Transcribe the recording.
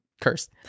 curse